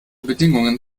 bedingungen